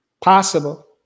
possible